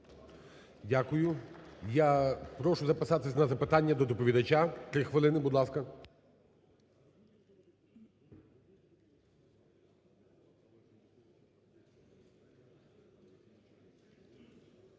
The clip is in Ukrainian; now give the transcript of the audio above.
Дякую. Я прошу записатися на запитання до доповідача, три хвилини, будь ласка.